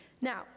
Now